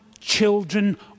children